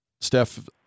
steph